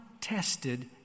tested